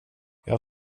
jag